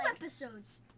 episodes